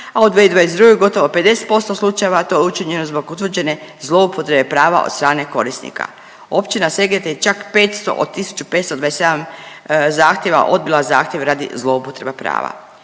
a u 2022. gotovo 50% slučajeva to je učinjeno zbog utvrđene zloupotrijebe prava od strane korisnika. Općina Seget je čak 500 od 1.527 zahtjeva odbila zahtjev radi zloupotreba prava.